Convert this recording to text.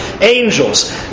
angels